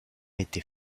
était